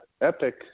epic